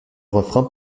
refrain